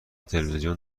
تلویزیون